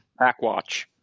Backwatch